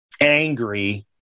angry